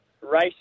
Race